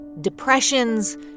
Depressions